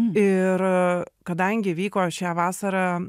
ir kadangi vyko šią vasarą